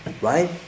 right